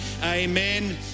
Amen